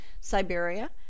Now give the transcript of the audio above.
Siberia